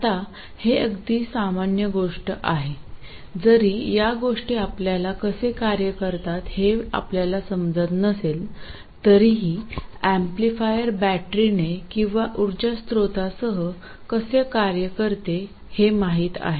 आता हे अगदी सामान्य गोष्ट आहे जरी या गोष्टी आपल्याला कसे कार्य करतात हे आपल्याला समजत नसेल तरीही एम्पलीफायर बॅटरीने किंवा ऊर्जा स्त्रोतासह कसे कार्य करते हे माहित आहे